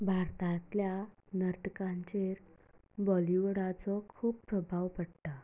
भारतांतल्या नर्तकांचेर बॉलिवूडाचो खूब प्रभाव पडटा